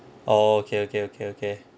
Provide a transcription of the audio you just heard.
oh okay okay okay okay